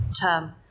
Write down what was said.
term